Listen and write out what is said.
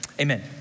amen